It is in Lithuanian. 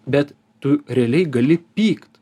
bet tu realiai gali pykt